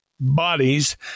bodies